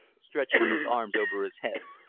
stretching his arms over his head,